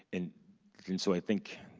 and so i think